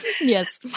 Yes